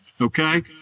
okay